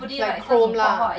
like chrome lah